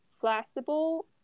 flexible